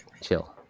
Chill